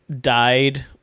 died